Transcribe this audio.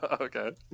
Okay